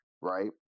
right